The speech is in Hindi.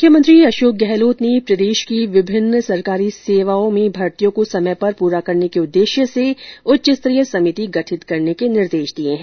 मुख्यमंत्री अशोक गहलोत ने प्रदेश की विभिन्न राजकीय सेवाओं में भर्तियों को समय पर पूरा करने के उद्देश्य से उच्च स्तरीय समिति गठित करने के निर्देश दिए हैं